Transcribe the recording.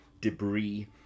debris